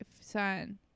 son